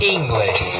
English